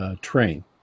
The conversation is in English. train